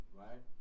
right